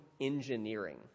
engineering